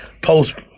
post